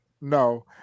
no